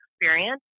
experience